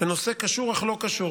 לנושא קשור אך לא קשור,